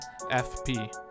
FP